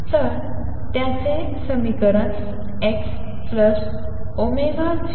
तर त्याचे समीकरण x02xβx20